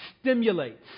stimulates